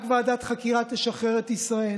רק ועדת חקירה תשחרר את ישראל.